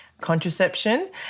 contraception